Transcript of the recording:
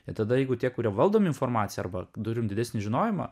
ir tada jeigu tie kurie valdom informaciją arba turim didesnį žinojimą